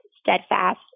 steadfast